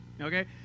Okay